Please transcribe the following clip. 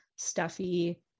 stuffy